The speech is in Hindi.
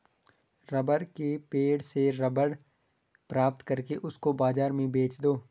रबर के पेड़ से रबर प्राप्त करके उसको बाजार में बेच दो